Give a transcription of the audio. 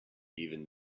even